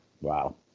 Wow